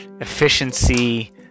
efficiency